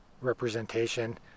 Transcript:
representation